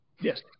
Yes